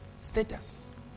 Status